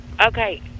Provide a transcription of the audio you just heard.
Okay